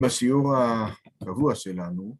‫בשיעור ה... קבוע שלנו.